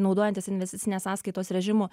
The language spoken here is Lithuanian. naudojantis investicinės sąskaitos režimu